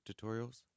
tutorials